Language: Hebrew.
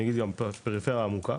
הפריפריה העמוקה.